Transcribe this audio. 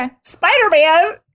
Spider-Man